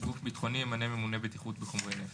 גוף ביטחוני ימנה ממונה בטיחות בחומרי נפץ.